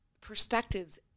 perspectives